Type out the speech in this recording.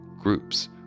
Groups